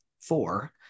four